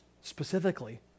Specifically